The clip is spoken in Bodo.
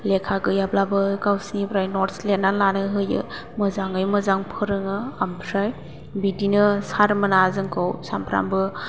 लेखा गैयाब्लाबो गावसोरनिफ्राय नट्स लिरना लानो होयो मोजाङै मोजां फोरोङो ओमफ्राय बिदिनो सारमोना जोंखौ सानफ्रोमबो